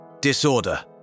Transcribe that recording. Disorder